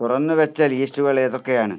തുറന്ന് വെച്ച ലീസ്റ്റുകളേതൊക്കെയാണ്